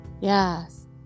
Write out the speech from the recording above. Yes